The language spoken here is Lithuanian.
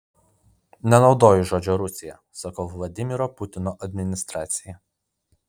nenaudoju žodžio rusija sakau vladimiro putino administracija